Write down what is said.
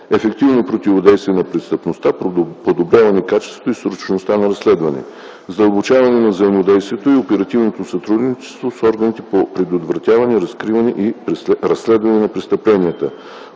ефективно противодействие на престъпността; подобряване качеството и срочността на разследване; - задълбочаване на взаимодействието и оперативното сътрудничество с органите по предотвратяване, разкриване и разследване на престъпленията;